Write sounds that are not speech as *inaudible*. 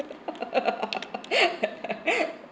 *laughs*